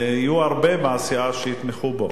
יהיו הרבה מהסיעה שיתמכו בו,